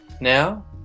Now